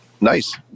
Nice